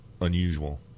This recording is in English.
unusual